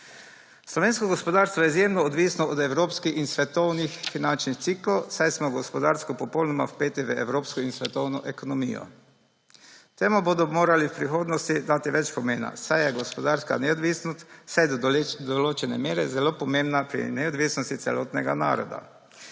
Slovensko gospodarstvo je izjemno odvisno od evropskih in svetovnih finančnih ciklov, saj smo gospodarsko popolnoma speti v evropsko in svetovno ekonomijo. Temu bodo morali v prihodnosti dati več pomena, saj je gospodarska neodvisnost vsaj do določene mere zelo pomembna pri neodvisnosti celotnega naroda.